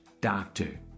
doctor